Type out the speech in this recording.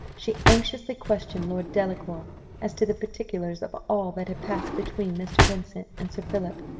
she anxiously questioned lord delacour as to the particulars of all that had passed between mr. vincent and sir philip,